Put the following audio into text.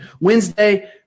Wednesday